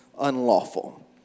unlawful